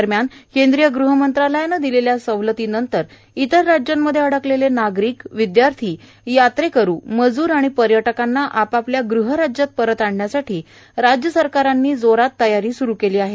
दरम्यान केंद्रीय गृह मंत्रालयाने दिलेल्या सवलतीनंतर इतर राज्यांमध्ये अडकलेले नागरिक विद्यार्थी यात्रेकरू मज्र आणि पर्यटकांना आपापल्या गृहराज्यात परत आणण्यासाठी राज्य सरकारांनी तयारी जोरात स्रू केली आहे